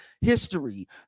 history